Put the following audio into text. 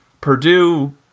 Purdue